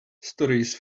stories